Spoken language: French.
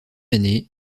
année